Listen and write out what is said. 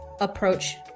approach